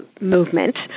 movement